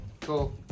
Cool